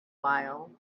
while